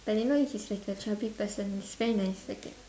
but you know it's he's like a chubby person it's very nice like a